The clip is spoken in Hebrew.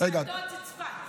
צבתות זה מ"צבת".